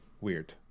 weird